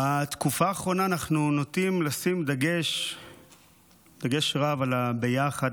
בתקופה האחרונה אנחנו נוטים לשים דגש רב על הביחד,